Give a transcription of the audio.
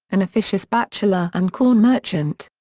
an officious bachelor and corn merchant.